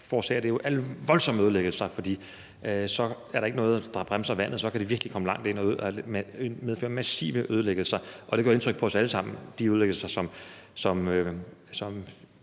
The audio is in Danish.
forårsager voldsomme ødelæggelser, for så er der ikke noget, der bremser vandet, og så kan det virkelig komme langt ind og medføre massive ødelæggelser. Det gør indtryk på os alle sammen, altså de ødelæggelser, som